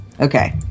Okay